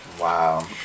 Wow